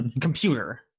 computer